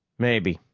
maybe.